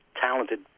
talented